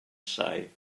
say